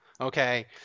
okay